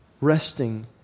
resting